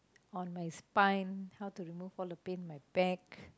on my spine how to remove all the pain on my back